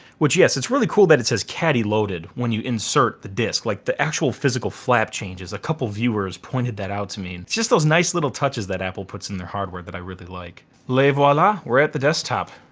which yes it's really cool that it says caddy loaded when you insert the disc. like the actual physical flap changes. a couple viewers pointed that out to me. it's just those nice little touches that apple puts in their hardware that i really like. les voila, we're at the desktop.